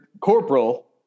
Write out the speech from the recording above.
Corporal